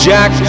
Jack